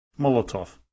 Molotov